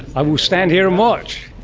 i will stand here and watch.